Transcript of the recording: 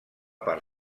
part